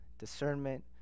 discernment